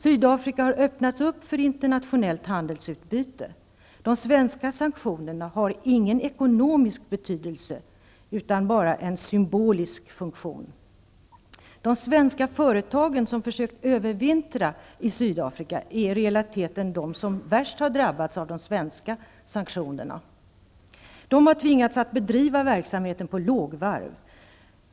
Sydafrika har öppnats för internationellt handelsutbyte. De svenska sanktionerna har ingen ekonomisk betydelse för Sydafrika, utan de har bara en symbolisk funktion. Sydafrika är i realiteten de som främst har drabbats av den svenska sanktionspolitiken. De har tvingats att bedriva verksamheten på lågvarv.